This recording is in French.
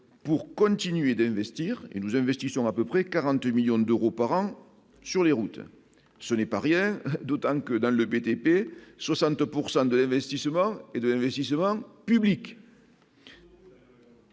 pour continuer d'investir et nous investissons à peu près 40 millions d'euros par an sur les routes, ce n'est pas rien, d'autant que dans le BTP, 62 pourcent de investissements et de l'investissement public.